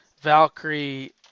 Valkyrie